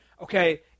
Okay